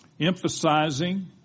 emphasizing